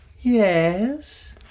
Yes